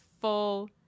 full